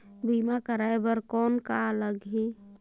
बीमा कराय बर कौन का लगही?